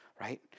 Right